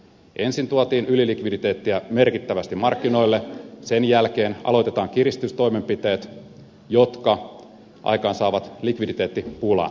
ensin tuotiin ylilikviditeettiä merkittävästi markkinoille sen jälkeen aloitetaan kiristystoimenpiteet jotka aikaansaavat likviditeettipulan